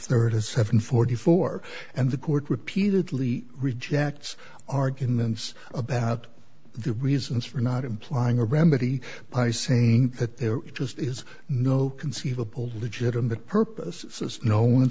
thirty seven forty four and the court repeatedly rejects arguments about the reasons for not implying a remedy by saying that there just is no conceivable legitimate purpose since no one